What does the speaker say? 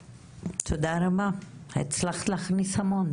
אני אמשיך את מה שחברתי עדי אמרה.